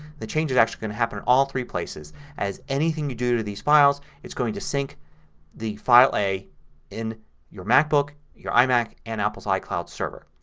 the change is going to happen in all three places as anything you do to these files is going to sync the file a in your macbook, your imac, and apple's icloud server.